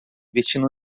vestindo